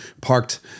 parked